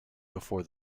before